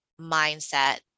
mindset